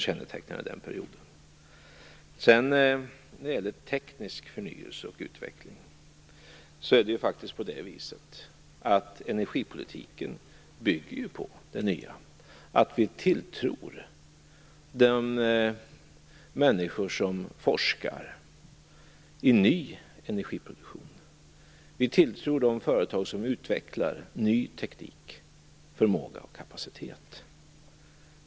När det sedan gäller teknisk förnyelse och utveckling är det faktiskt på det viset att energipolitiken bygger på det nya, en tilltro till att forskarna har förmåga att få fram en ny energiproduktion. Vi tilltror de företag som utvecklar ny teknik förmåga och kapacitet.